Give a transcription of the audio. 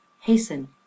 hasten